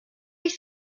ich